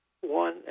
one